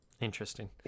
Interesting